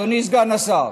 אדוני סגן השר,